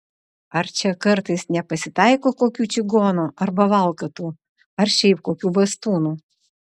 ar čia kartais nepasitaiko kokių čigonų arba valkatų ar šiaip kokių bastūnų